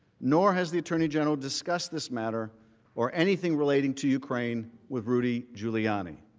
nor has the attorney general discussed this matter or anything relating to ukraine with rudy giuliani.